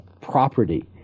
property